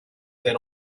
their